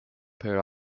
per